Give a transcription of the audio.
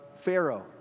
Pharaoh